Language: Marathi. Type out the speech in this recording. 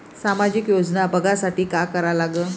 सामाजिक योजना बघासाठी का करा लागन?